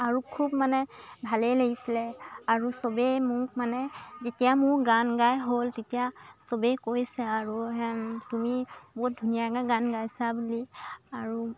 আৰু খুব মানে ভালেই লাগিছিলে আৰু চবেই মোক মানে যেতিয়া মোৰ গান গাই হ'ল তেতিয়া চবেই কৈছে আৰু তুমি বহুত ধুনীয়াকৈ গান গাইছা বুলি আৰু